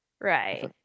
Right